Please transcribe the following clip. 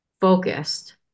focused